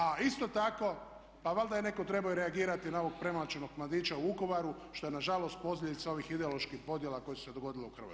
A isto tako pa valjda je netko trebao i reagirati na ovog premlaćenog mladića u Vukovaru što je nažalost posljedica ovih ideoloških podjela koje su se dogodile u Hrvatskoj.